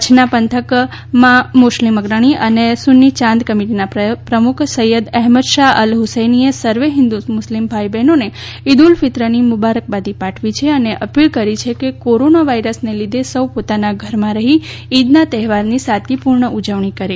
કચ્છ પંથકના મુસ્લિમ અગ્રણી અને સુન્ની યાંદ કમિટીના પ્રમુખ સૈયદ અહેમદશા અલ હ્સૈનીએ સર્વે હિન્દુ મુસ્લિમભાઇઓને ઇદુલ ફિત્રની મુબારકબાદી પાઠવી છે અને અપીલ કરી છે કે કોરોના વાયરસના લીધે સૌ પોતાના ઘરમાં રહીને ઈદના તહેવાર ની સાદગીપૂર્ણ ઉજવણી કરે